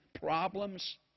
problems